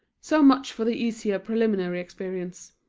so much for the easier preliminary experience